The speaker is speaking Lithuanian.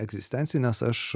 egzistencines aš